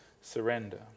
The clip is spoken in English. surrender